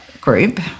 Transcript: group